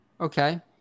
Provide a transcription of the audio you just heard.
Okay